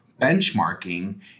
benchmarking